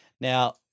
Now